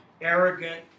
arrogant